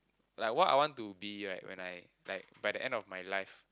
like what I want to be like when I like by the end of my life